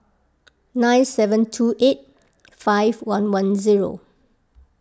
nine seven two eight five one one zero